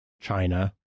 China